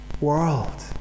world